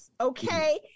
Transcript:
okay